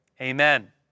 Amen